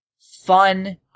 fun